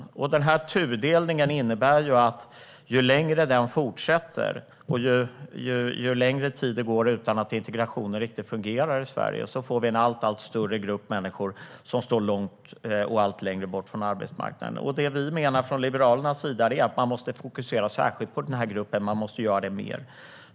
Detta innebär att ju längre den här tudelningen fortsätter och ju längre tid som går utan att integrationen riktigt fungerar i Sverige, desto större blir den grupp människor som står allt längre bort från arbetsmarknaden. Det vi i Liberalerna menar är att man måste fokusera särskilt på den här gruppen. Man måste göra det mer.